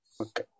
Okay